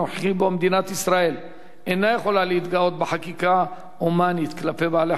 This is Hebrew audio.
שבו מדינת ישראל אינה יכולה להתגאות בחקיקה הומנית כלפי בעלי-חיים,